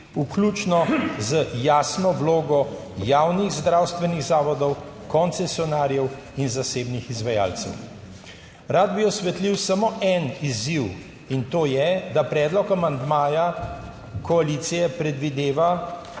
vključno z jasno vlogo javnih zdravstvenih zavodov, koncesionarjev in zasebnih izvajalcev. Rad bi osvetlil samo en izziv. In to je, da predlog amandmaja koalicije predvideva